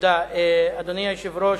אדוני היושב-ראש,